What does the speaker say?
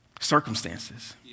circumstances